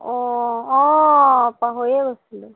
অঁ অঁ পাহৰিয়ে গৈছিলো